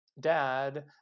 dad